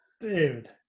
Dude